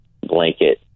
blanket